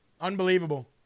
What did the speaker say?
Unbelievable